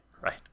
right